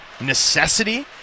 necessity